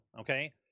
okay